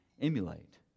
emulate